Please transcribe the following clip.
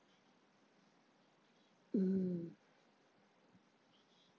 mm